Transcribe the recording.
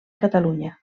catalunya